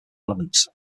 relevance